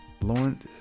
Lauren